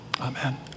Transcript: amen